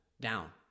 down